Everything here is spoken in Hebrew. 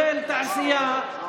כולל תעשייה.